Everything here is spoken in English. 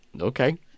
okay